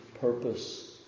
purpose